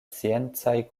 sciencaj